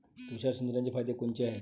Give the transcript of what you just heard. तुषार सिंचनाचे फायदे कोनचे हाये?